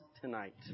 Tonight